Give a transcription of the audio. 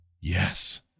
Yes